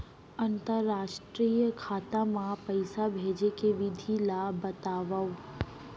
अंतरराष्ट्रीय खाता मा पइसा भेजे के विधि ला बतावव?